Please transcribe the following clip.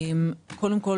קודם כול,